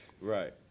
Right